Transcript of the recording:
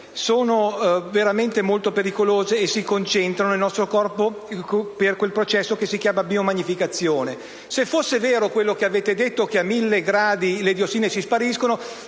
sono veramente molto pericolose e si concentrano nel nostro corpo per quel processo chiamato biomagnificazione. Se fosse vero quello che avete detto che a 1000 gradi le diossine spariscono